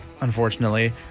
unfortunately